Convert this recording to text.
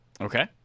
okay